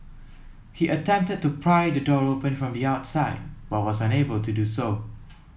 he attempted to pry the door open from the outside but was unable to do so